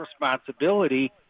responsibility